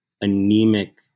anemic